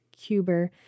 cuber